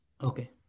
okay